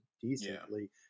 decently